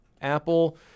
Apple